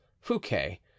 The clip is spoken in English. fouquet